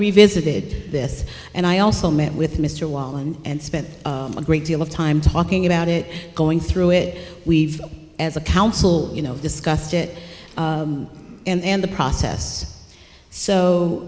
revisited this and i also met with mr walland and spent a great deal of time talking about it going through it we've as a council you know discussed it and the process so